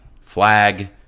flag